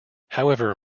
however